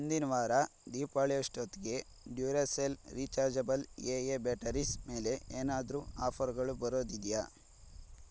ಮುಂದಿನ ವಾರ ದೀಪಾವಳಿಯಷ್ಟೊತ್ಗೆ Duracell rechargeable A A batteries ಮೇಲೆ ಏನಾದರೂ ಆಫರ್ಗಳು ಬರೋದಿದೆಯಾ